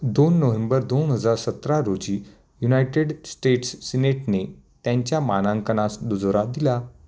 दोन नोहेंबर दोन हजार सतरा रोजी युनायटेड स्टेट्स सिनेटने त्यांच्या मानांकनास दुजोरा दिला